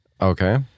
Okay